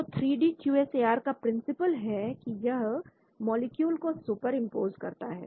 तो three D Q S A R का principle है कि यह मॉलिक्यूल को सुपर इंपोज करता है